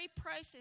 process